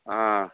ಹಾಂ